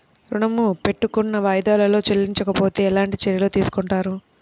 ఋణము పెట్టుకున్న వాయిదాలలో చెల్లించకపోతే ఎలాంటి చర్యలు తీసుకుంటారు?